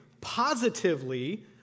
positively